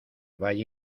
valle